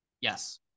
Yes